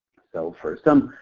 so, for some,